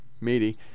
meaty